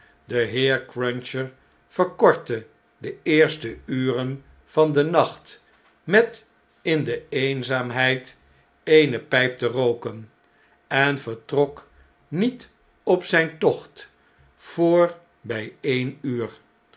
de heer cruncher verkortte de eerste uren van den nacht met in de eenzaamheid eene pijp te rooken en vertrok niet op zijn tocht voor